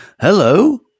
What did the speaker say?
Hello